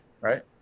right